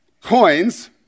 coins